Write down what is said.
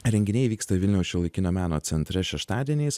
renginiai vyksta vilniaus šiuolaikinio meno centre šeštadieniais